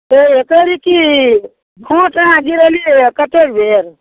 ये कहली की भोंट अहाँ गिरेलियै यऽ कतेक बेर